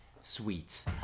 sweets